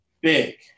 big